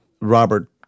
Robert